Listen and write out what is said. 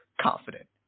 confident